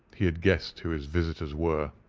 he had guessed who his visitors were.